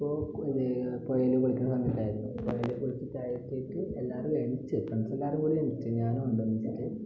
ഇപ്പോൾ പുഴെൽ കുളിക്കണ സമയത്തായിരുന്നു പുഴേൽ കുളിച്ച് താഴത്തേക്ക് എല്ലാവരും എണീച്ച് നിക്കണം ഫ്രെണ്ട്സെല്ലാരും കൂടെ എണീറ്റ് ഞാനും ഉണ്ട് എണീച്ചിട്ട്